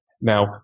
Now